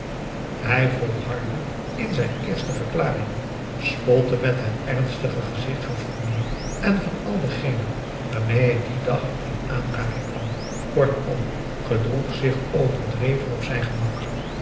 hij volhardde in zijn eerste verklaring spotte met het ernstige gezicht van fournier en van al degenen waarmee hij dien dag in aanraking kwam kortom gedroeg zich overdreven op zijn gemak